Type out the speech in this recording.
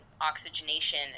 oxygenation